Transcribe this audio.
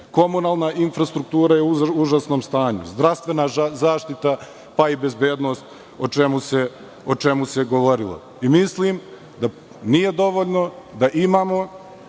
Komunalna infrastruktura je u užasnom stanju. Zdravstvena zaštita, pa i bezbednost, o čemu se govorilo. Mislim da nije dovoljno da imamo